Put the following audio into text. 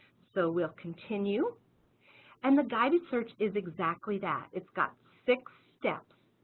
so we'll continue and the guided search is exactly that it's got six steps.